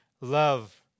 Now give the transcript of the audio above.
love